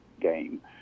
game